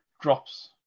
drops